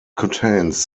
contains